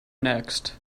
next